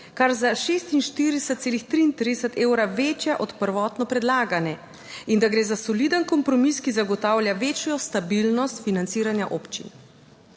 kar za 46,33 evra večja od prvotno predlagane, in da gre za soliden kompromis, ki zagotavlja večjo stabilnost financiranja občin.